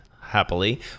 happily